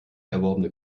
erworbene